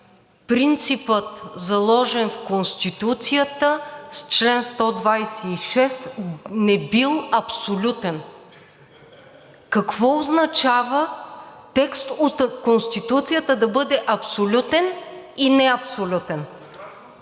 принципът, заложен в Конституцията с чл. 126, не бил абсолютен?! Какво означава текст от Конституцията да бъде абсолютен и неабсолютен?